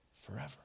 forever